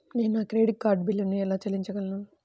నేను నా credit card బిల్లును ఎలా చెల్లించగలను?